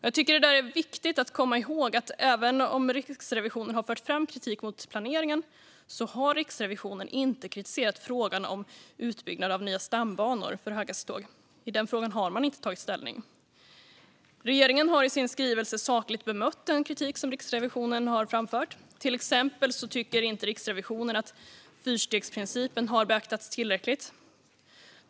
Jag tycker att det är viktigt att komma ihåg att även om Riksrevisionen har fört fram kritik mot planeringen har den inte kritiserat utbyggnaden av nya stambanor för höghastighetståg. I den frågan har man inte tagit ställning. Regeringen har i sin skrivelse sakligt bemött den kritik som Riksrevisionen har framfört. Till exempel tycker inte Riksrevisionen att fyrstegsprincipen har beaktats tillräckligt.